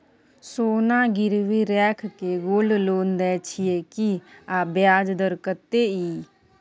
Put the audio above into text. सोना गिरवी रैख के गोल्ड लोन दै छियै की, आ ब्याज दर कत्ते इ?